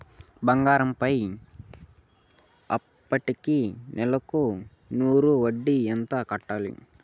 బంగారం పైన అప్పుకి నెలకు నూరు వడ్డీ ఎంత కట్టాలి?